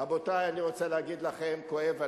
רבותי, אני רוצה להגיד לכם, כואב הלב,